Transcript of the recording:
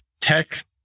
tech